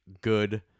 good